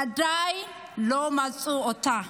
עדיין לא מצאו אותה.